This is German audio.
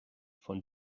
von